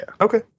Okay